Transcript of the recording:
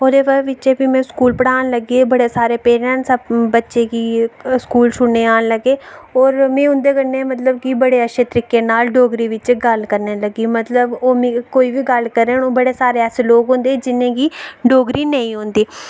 ओह्दे बाद च फ्ही में स्कूल पढ़ान लगी बड़े सारे पेरैंटस अपने बच्चें गी स्कूल छोड़न औन लगे और में उंदे कन्नै बड़े अच्छे तरीके नाल गल्ल करन लगी मतलव ओह् कोई बी गल्ल करन जियां बड़े सारे लोग होंदे जेह्ड़े डोगरी नेईं औंदा